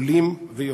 עולים ויורדים.